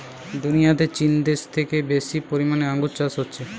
দুনিয়াতে চীন দেশে থেকে বেশি পরিমাণে আঙ্গুর চাষ হচ্ছে